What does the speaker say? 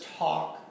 talk